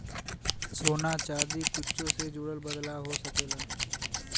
सोना चादी कुच्छो से जुड़ल बदलाव हो सकेला